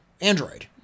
android